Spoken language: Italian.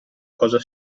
cosa